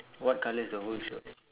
what colour is your